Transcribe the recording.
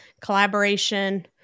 collaboration